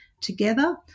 together